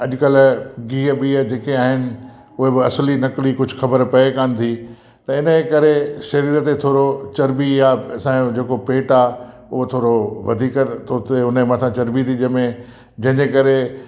अॼुकल्ह गिह बिह जेके आहिनि उहे बि असली नक़ली कुझु ख़बरु पए कान थी त हिन जे करे शरीर ते थोरो चर्ॿी आहे असांजो जेको पेटु आहे उहो थोरो वधीक त उते उन जे मथां चर्ॿी थी ॼमे जंहिंजे करे